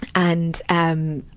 and, um,